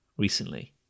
recently